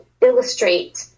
illustrate